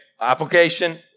application